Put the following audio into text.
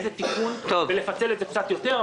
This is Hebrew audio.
איזה תיקון ולפצל את זה קצת יותר,